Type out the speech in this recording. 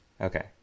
Okay